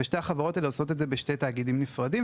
ושתי החברות האלה עושות את זה בשני תאגידים נפרדים,